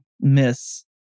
miss